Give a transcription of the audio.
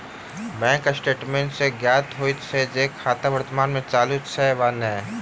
bank statement सॅ ज्ञात होइत अछि जे खाता वर्तमान मे चालू अछि वा नै